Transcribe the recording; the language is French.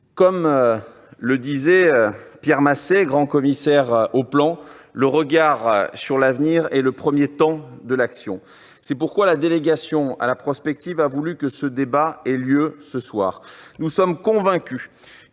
Comme le disait Pierre Massé, grand commissaire au Plan, « Le regard sur l'avenir est le premier temps de l'action ». C'est pourquoi la délégation à la prospective a voulu que ce débat ait lieu ce soir. Nous sommes convaincus,